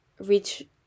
reach